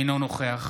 אינו נוכח